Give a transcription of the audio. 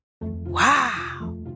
Wow